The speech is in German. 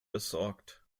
besorgt